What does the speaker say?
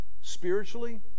spiritually